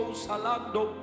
salando